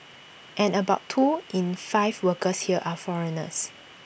and about two in five workers here are foreigners